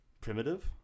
primitive